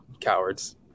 cowards